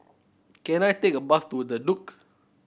can I take a bus to The Duke